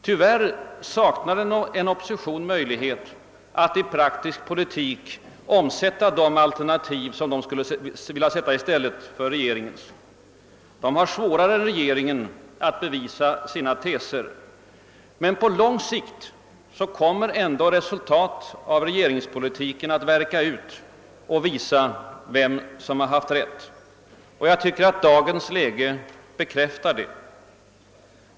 Tyvärr saknar oppositionen för närvarande möjlighet att i praktisk politik omsätta de alternativ som den skulle vilja sätta i stället för regeringens. Den har det svårare än regeringen att bevisa sina teser. Men på lång sikt kommer ändå resultatet av regeringspolitiken att värka ut och visa vem som haft rätt. Dagens läge bekräftar detta.